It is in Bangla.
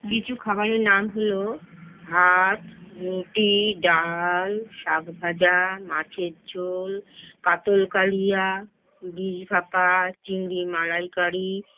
কিছু খাবারের নাম হলো ভাত রুটি ডাল শাক ভাজা মাছের ঝোল কাতল কালিয়া ইলিশ ভাপা চিংড়ি মালাইকারি